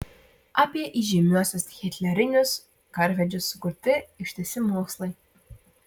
apie įžymiuosius hitlerinius karvedžius sukurti ištisi mokslai